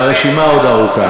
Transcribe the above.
והרשימה עוד ארוכה.